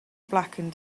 blackened